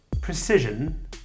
Precision